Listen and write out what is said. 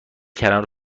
کنار